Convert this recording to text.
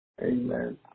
Amen